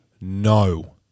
no